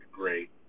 great